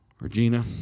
Regina